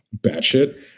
batshit